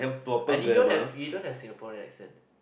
uh we don't have you don't have Singaporean accent